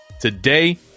Today